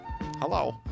Hello